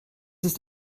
ist